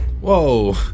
Whoa